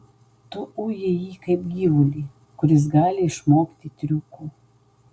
tu uji jį kaip gyvulį kuris gali išmokti triukų